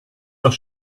doch